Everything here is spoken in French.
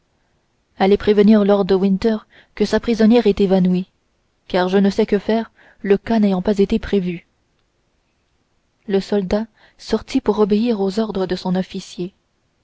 allez prévenir lord de winter que sa prisonnière est évanouie car je ne sais que faire le cas n'ayant pas été prévu le soldat sortit pour obéir aux ordres de son officier